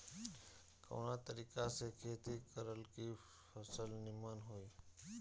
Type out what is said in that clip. कवना तरीका से खेती करल की फसल नीमन होई?